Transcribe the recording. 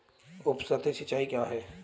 उपसतही सिंचाई क्या है?